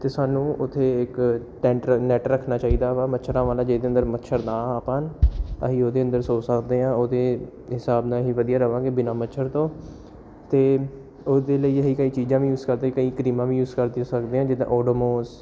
ਅਤੇ ਸਾਨੂੰ ਉੱਥੇ ਇੱਕ ਟੈਂਟਰ ਨੈੱਟ ਰੱਖਣਾ ਚਾਹੀਦਾ ਵਾ ਮੱਛਰਾਂ ਵਾਲਾ ਜਿਹਦੇ ਅੰਦਰ ਮੱਛਰ ਨਾ ਆ ਪਾਉਣ ਅਸੀਂ ਉਹਦੇ ਅੰਦਰ ਸੌ ਸਕਦੇ ਹਾਂ ਉਹਦੇ ਹਿਸਾਬ ਨਾਲ ਹੀ ਵਧੀਆ ਰਹਾਂਗੇ ਬਿਨਾ ਮੱਛਰ ਤੋਂ ਅਤੇ ਉਹਦੇ ਲਈ ਅਸੀਂ ਕਈ ਚੀਜ਼ਾਂ ਵੀ ਯੂਜ ਕਰਦੇ ਕਈ ਕਰੀਮਾਂ ਵੀ ਯੂਜ ਕਰਦੇ ਸਕਦੇ ਹਾਂ ਜਿੱਦਾਂ ਓਡੋਮੋਸ